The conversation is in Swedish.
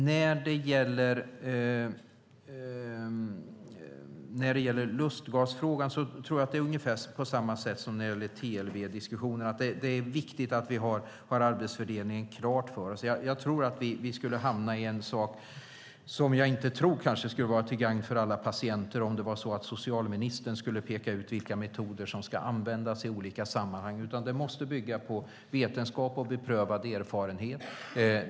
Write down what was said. När det gäller lustgasfrågan tror jag att det är på ungefär samma sätt som i TLV-diskussionen, att det är viktigt att vi har arbetsfördelningen klar för oss. Jag tror att vi skulle hamna i någonting som kanske inte är till gagn för alla patienter om socialministern skulle peka ut vilka metoder som ska användas i olika sammanhang. Det måste bygga på vetenskap och beprövad erfarenhet.